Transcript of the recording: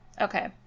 Okay